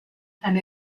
and